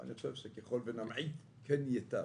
אני חושב שככל שנמעיט כן ייטב.